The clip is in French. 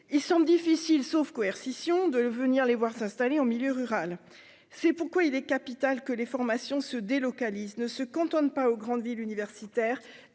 il semble difficile sauf coercition de venir les voir s'installer en milieu rural, c'est pourquoi il est capital que les formations se délocalise ne se cantonne pas aux grandes villes universitaires